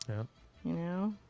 yeah you know.